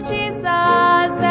Jesus